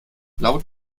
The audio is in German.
laut